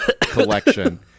collection